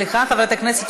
36 חברי כנסת